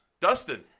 Dustin